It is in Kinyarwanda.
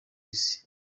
isi